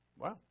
Wow